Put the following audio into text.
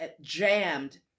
jammed